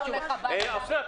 רק הסברתי לו.